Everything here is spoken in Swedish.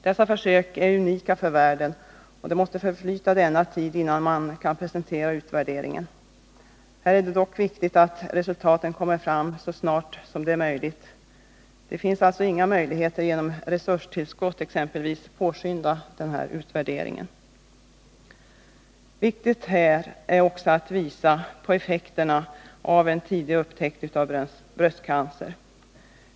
Dessa försök är unika för världen, och det måste förflyta denna tid innan man kan presentera utvärderingen. Här är dock viktigt att resultaten kommer fram så snart som det är möjligt. Det finns alltså inga möjligheter att exempelvis genom resurstillskott påskynda denna utvärdering. Viktigt är också att visa på effekterna av tidig upptäckt av bröstcancer.